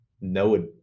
no